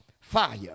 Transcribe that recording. fire